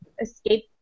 escape